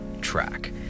track